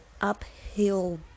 uphill